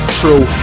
true